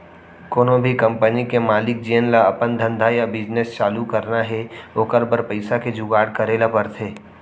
कोनो भी कंपनी के मालिक जेन ल अपन धंधा या बिजनेस चालू करना हे ओकर बर पइसा के जुगाड़ करे ल परथे